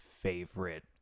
favorite